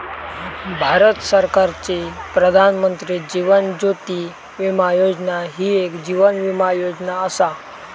भारत सरकारची प्रधानमंत्री जीवन ज्योती विमा योजना एक जीवन विमा योजना असा